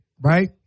right